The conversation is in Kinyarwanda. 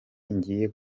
ngiye